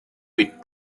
with